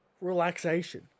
relaxation